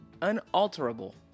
unalterable